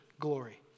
glory